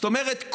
זאת אומרת,